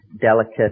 delicate